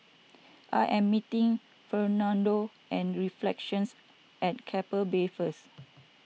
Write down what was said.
I am meeting Fernando at Reflections at Keppel Bay first